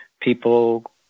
people